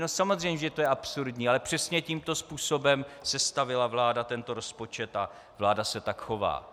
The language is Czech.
No samozřejmě, že je to absurdní, ale přesně tímto způsobem sestavila vláda tento rozpočet a vláda se tak chová.